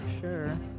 sure